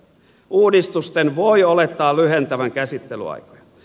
uudistusten voi olettaa lyhentävän käsittelyaikoja